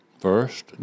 First